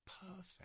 perfect